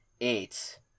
Eight